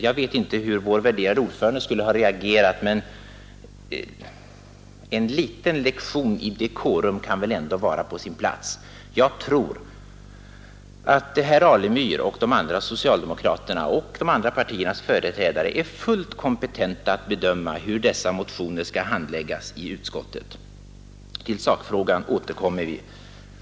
Jag vet inte hur vår värderade ordförande skulle ha reagerat inför statsrådets direktiv, men en liten lektion i dekorum kan väl ändå vara på sin plats. Jag tror att herr Alemyr och de övriga socialdemokraterna, liksom de andra partiernas företrädare, är fullt kompetenta att bedöma hur dessa motioner skall handläggas i utskottet. Till sakfrågan får vi alltså återkomma.